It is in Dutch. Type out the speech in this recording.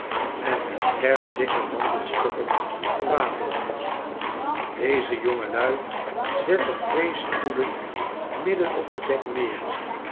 en met erg dikke wandelstokken gewapend deze jongelui zetten twee stoelen midden op tdek neer